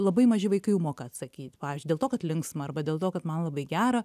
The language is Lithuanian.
labai maži vaikai jau moka atsakyt pavyzdžiui dėl to kad linksma arba dėl to kad man labai gera